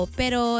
pero